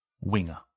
Winger